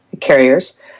carriers